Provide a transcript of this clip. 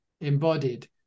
embodied